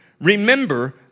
Remember